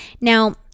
Now